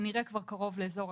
כנראה כבר קרוב ל-3,000.